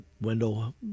Wendell